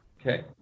Okay